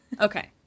Okay